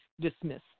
dismissed